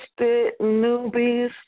newbies